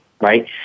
right